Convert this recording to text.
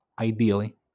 Ideally